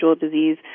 disease